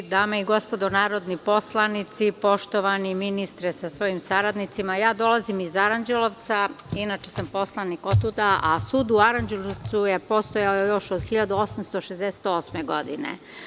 Dame i gospodo narodni poslanici, poštovani ministre sa svojim saradnicima, dolazim iz Aranđelovca, inače sam poslanik otuda, a sud u Aranđelovcu je postojao još od 1868. godine.